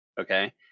Okay